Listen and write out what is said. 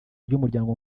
ry’umuryango